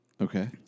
Okay